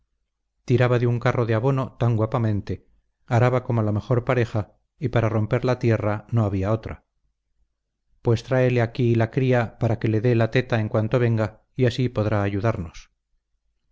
tiraba de un carro de abono tan guapamente araba como la mejor pareja y para romper la tierra no había otra pues tráele aquí la cría para que le dé la teta en cuanto venga y así podrá ayudarnos